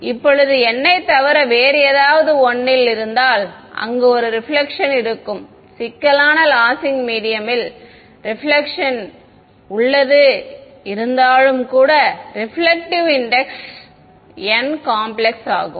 இப்போது n ஐத் தவிர வேறு ஏதாவது 1 ல் இருந்தால் அங்கு ஒரு ரெபிலெக்ஷன் இருக்கும் சிக்கலான லாசிங் மீடியம் ல் ரெபிலெக்ஷன் உள்ளது இருந்தாலும் கூட ரிபிளெக்ட்டிவ் இன்டெக்ஸ் n காம்ப்லெக்ஸ் ஆகும்